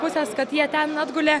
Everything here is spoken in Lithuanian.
pusės kad jie ten atgulė